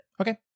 Okay